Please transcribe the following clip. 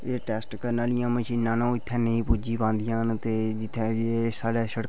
एह् टेस्ट करने आह्लियां मशीनां न ओह् इत्थै नेईं पुज्जी पांदियां न ते जित्थै एह् साढ़े सड़क